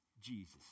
Jesus